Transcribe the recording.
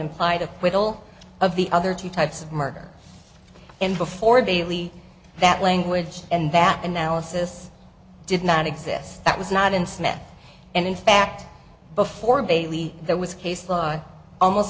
implied acquittal of the other two types of murder and before bailey that language and that analysis did not exist that was not in smith and in fact before bailey there was case law almost